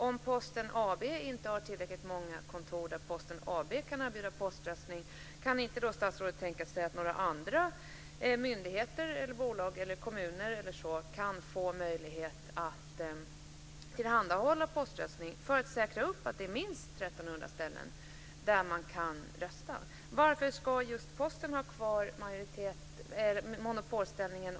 Om Posten AB inte har tillräckligt många kontor där man kan erbjuda poströstning, kan statsrådet då tänka sig att några andra myndigheter, bolag eller kommuner kan få möjlighet att erbjuda förtidsröstning för att garantera att det finns minst 1 300 ställen som man kan rösta på? Varför ska just Posten ha kvar sin monopolställning?